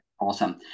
Awesome